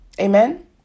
Amen